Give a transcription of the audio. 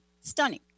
stunning